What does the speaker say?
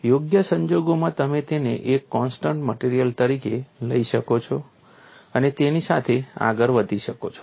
યોગ્ય સંજોગોમાં તમે તેને એક કોન્સ્ટન્ટ મટેરીઅલ તરીકે લઈ શકો છો અને તેની સાથે આગળ વધી શકો છો